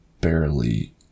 barely